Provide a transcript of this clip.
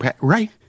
right